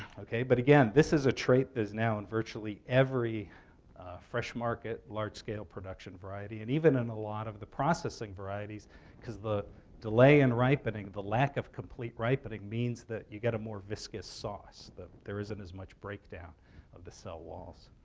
ok? but again, this is a trait that is now in virtually every fresh-market, large-scale production variety and even in a lot of the processing varieties because the delay in ripening, the lack of complete ripening, means that you get a more viscous source, that there isn't as much breakdown of the cell walls.